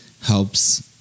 helps